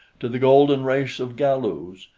to the golden race of galus,